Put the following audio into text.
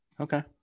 Okay